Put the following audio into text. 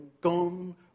gone